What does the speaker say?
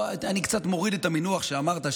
אני קצת מוריד את המינוח שאמרת,